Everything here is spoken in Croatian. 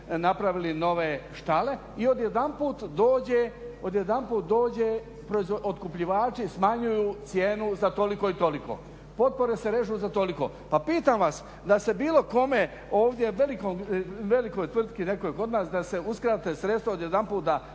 napravili nove štale i odjedanput dođe, otkupljivači smanjuju cijenu za toliko i toliko, potpore se režu za toliko. Pa pitam vas, da se bilo kome ovdje, velikoj tvrtki nekoj kod nas da se uskrate sredstva odjedanput, da